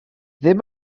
ddim